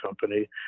company